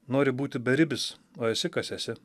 nori būti beribis o esi kas esi